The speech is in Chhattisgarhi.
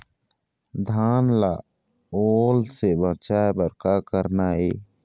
धान ला ओल से बचाए बर का करना ये?